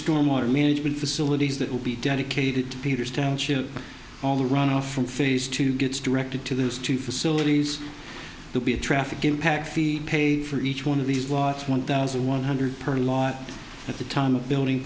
storm water management facilities that will be dedicated to peters township all the runoff from phase two gets directed to those two facilities to be a traffic impact fee paid for each one of these was one thousand one hundred per lot at the time a building